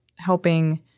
helping